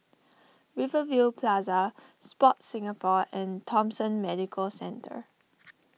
Rivervale Plaza Sport Singapore and Thomson Medical Centre